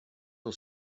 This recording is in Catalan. del